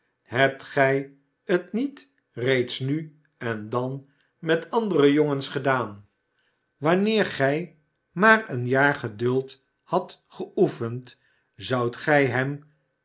hebt gij t niet reeds nu en dan met andere jongens gedaan wanneer gij maar een jaar geduld hadt geoefend zoudt gij hem